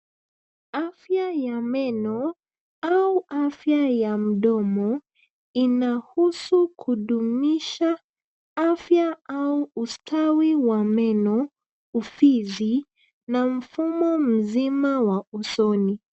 Afya ya meno au afya ya mdomo , inahusu kudumisha afya au ustawi wa meno, ufizi, na mfumo mzima wa usoni.